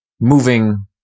moving